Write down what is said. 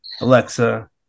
Alexa